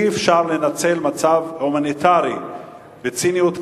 אי-אפשר לנצל מצב הומניטרי בציניות כזאת,